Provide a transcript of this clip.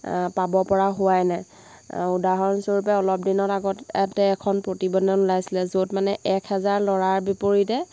পাব পৰা হোৱাই নাই উদাহৰণস্বৰূপে অলপ দিনৰ আগত ইয়াতে এখন প্ৰতিবেদন ওলাইছিলে য'ত মানে এক হেজাৰ ল'ৰাৰ বিপৰীতে